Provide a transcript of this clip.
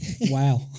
Wow